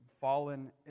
fallen